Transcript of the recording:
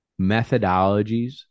methodologies